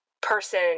person